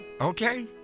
Okay